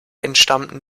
entstammten